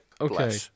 okay